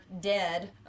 dead